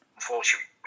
Unfortunately